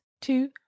two